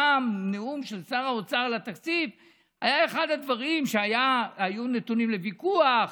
פעם נאום של שר האוצר על התקציב היה אחד הדברים שהיו נתונים לוויכוח,